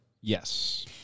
yes